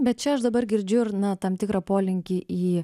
bet čia aš dabar girdžiu ir na tam tikrą polinkį į